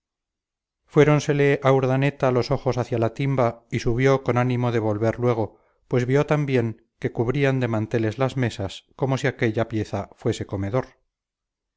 lentamente pasaba fuéronsele a urdaneta los ojos hacia la timba y subió con ánimo de volver luego pues vio también que cubrían de manteles las mesas como si aquella pieza fuese comedor